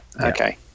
Okay